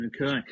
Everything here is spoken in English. okay